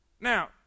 Now